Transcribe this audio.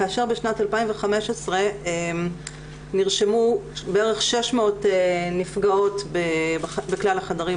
כאשר בשנת 2015 נרשמו בערך 600 נפגעות בכלל החדרים